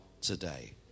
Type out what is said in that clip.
today